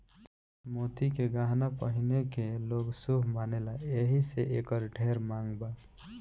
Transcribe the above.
मोती के गहना पहिने के लोग शुभ मानेला एही से एकर ढेर मांग बा